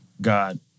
God